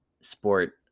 sport